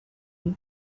all